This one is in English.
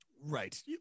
Right